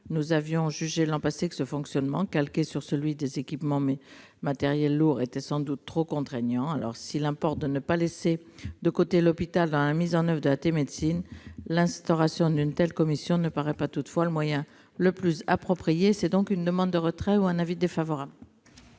nous avions jugé l'an passé que ce fonctionnement, calqué sur celui des équipements matériels lourds, était sans doute trop contraignant. S'il importe de ne pas laisser de côté l'hôpital dans la mise en oeuvre de la télémédecine, l'instauration d'une telle commission ne paraît pas, toutefois, le moyen le plus approprié. La commission demande donc le retrait de cet amendement. À